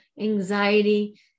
anxiety